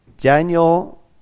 Daniel